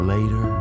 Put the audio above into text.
Later